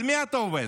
על מי אתה עובד?